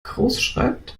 großschreibt